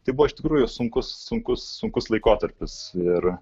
tai buvo iš tikrųjų sunkus sunkus sunkus laikotarpis ir